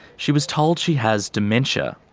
she was told she has dementia.